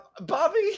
Bobby